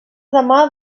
demà